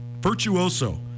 virtuoso